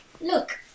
Look